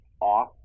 off